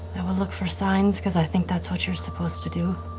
i will look for signs because i think that's what you're supposed to do.